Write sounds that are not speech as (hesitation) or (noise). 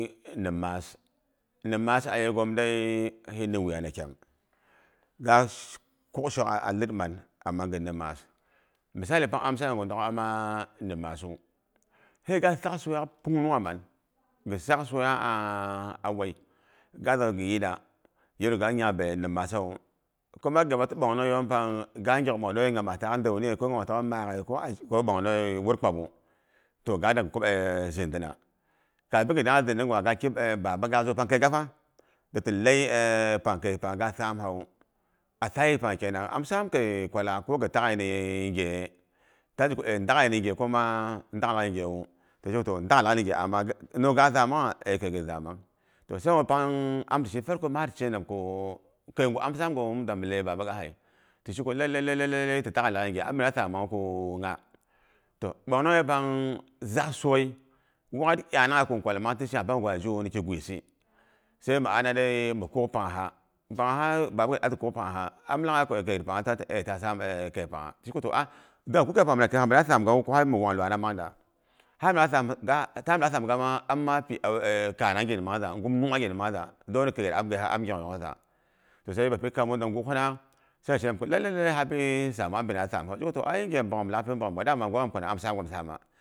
Nimmaasl nimmaas a yeghon die (noise) hinni wuya na kyam (noise) ga kuk shok'gaak a lid man, mang ghi nim maas. Misali pang a shiga ko adok ama nim maasu, sai ga sak soyak punungha man. Gi sak soya a (hesitation) a wei. Ga zak dagi yiira. Ga yiru ga nyangbei nini asawa to kuma gi kwa ti ɓongnongyei yom pang, ga ngyok ɓongnongyei nyimastaac dauniye, ko nyimas taak maakghe, ko nyima taak ko ɓongnongye, wur kpabu. Toh ga dang daghi kub zindina. kapin gi dangha zuridi gwa ga kib baba gaga zu pang kei ga fa, dati lei (hesitation) pang kei pay nya, keipang ga sam ha wu. A sa'i pang kenang, am saam kei kwalak ko gi taak'ghe ni ngheye? Ta zheko e dak ghe ni ghe ko kuma ndak'ghi laghai nighe ama no gaak zamangha? Sheko e keigyit zamang toh sabo pang (unintelligible) te sheko keigh am saam gawu da mi lei baba gahe. Mi ta zheko lele ti tak'ghelaghai ni ghe am samanghu ko ngha. Toh ɓongnonghe pang zak soi guk wangyet iyanangha kin kwal ma mang ti shaam pangu gwa zhehu ni ki gwisi. Sai mi ana dei mi kuk panghala, baba gyit ati kuk panghaha. Am lagha? Ko e keigit pangha ti aye ta saam kaipang ngha. Am sheko a danghi kuk keipang mina. keipang bina saam ghawu har mi wanglnana mang da. Ha bilak saam ta, a ta bim sam gam mapi aure gin mang da. Dole keighit am ngyonghoyong za. Toh sai bapi kamu da ngmk hana sai a hi shena ko lalle lalle hin na samim. Ko ai nghe bogghom lak bogghom. Ko dei am samgasama.